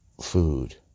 food